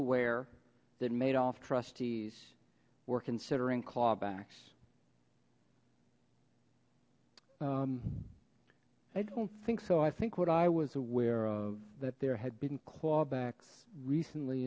aware that madoff trustees were considering clawbacks i don't think so i think what i was aware of that there had been clawbacks recently